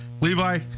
Levi